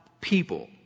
people